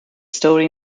story